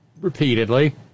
repeatedly